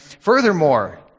Furthermore